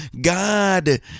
God